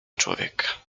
człowieka